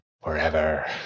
forever